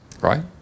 Right